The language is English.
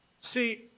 See